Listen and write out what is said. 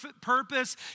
purpose